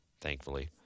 thankfully